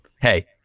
Hey